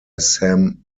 sam